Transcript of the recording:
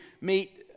meet